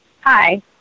Hi